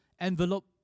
envelope